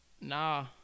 Nah